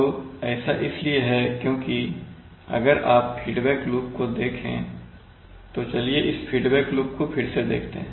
तो ऐसा इसलिए है क्योंकि अगर आप फीडबैक लूप को देखें तो चलिए फीडबैक लूप को फिर से देखते हैं